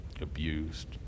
abused